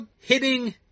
hitting